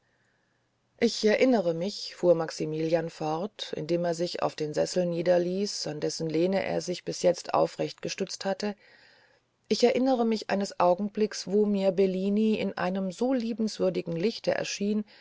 ich erinnere mich fuhr maximilian fort indem er sich auf den sessel niederließ an dessen lehne er sich bis jetzt aufrecht gestützt hatte ich erinnere mich eines augenblicks wo mir bellini in einem so liebenswürdigen lichte erschien